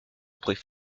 pourrait